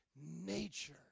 nature